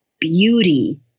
beauty